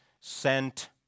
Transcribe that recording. sent